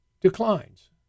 declines